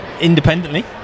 independently